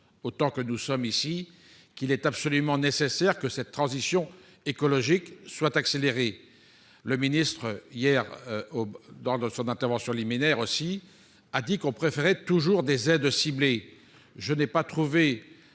autant que nous sommes, nous savons qu'il est absolument nécessaire que cette transition écologique soit accélérée. Le ministre, hier, dans son intervention liminaire, a exprimé sa préférence pour les aides ciblées.